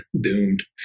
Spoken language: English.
doomed